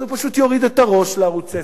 אז הוא פשוט יוריד את הראש לערוץ-10.